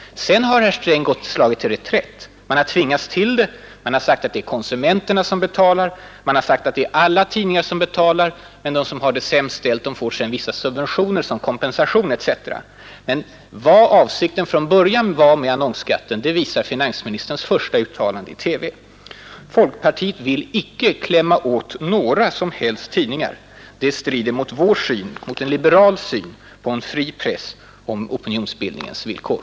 Sedan har herr Sträng slagit till reträtt. Han har tvingats till det. Han har ibland sagt att det är konsumenterna som betalar, ibland att det är alla tidningar som betalar men att de som har det sämst ställt sedan får vissa subventioner som kompensation etc. Men vad avsikten från början var med annonsskatten, det visar finansministerns första uttalande i TV. Folkpartiet vill inte ”klämma åt” några som helst tidningar. Det strider mot en liberal syn på en fri press och opinionsbildningens villkor.